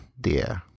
dear